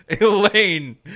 Elaine